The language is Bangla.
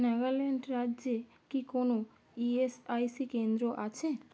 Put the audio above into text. নাগাল্যান্ড রাজ্যে কি কোনও ইএসআইসি কেন্দ্র আছে